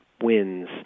wins